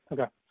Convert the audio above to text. Okay